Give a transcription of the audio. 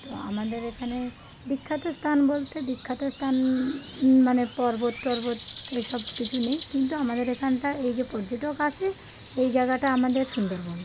তো আমাদের এখানে বিখ্যাত স্থান বলতে বিখ্যাত স্থান মানে পর্বত টর্বত এ সব কিছু নেই কিন্তু আমাদের এখানটা এই যে পর্যটক আসে এই জায়গাটা আমাদের সুন্দরবন